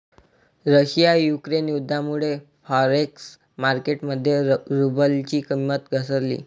Russia Ukraine युद्धामुळे forex market मध्ये रुबलची किंमत घसरली